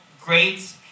great